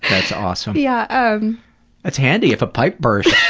that's awesome. yeah um that's handy if a pipe burst.